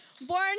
born